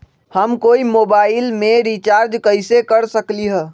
हम कोई मोबाईल में रिचार्ज कईसे कर सकली ह?